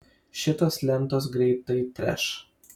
šitos lentos greitai treš